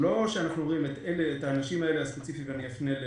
שאנחנו מחליטים אנשים מסוימים להפנות לניידת,